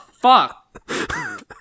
fuck